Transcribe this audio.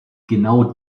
genau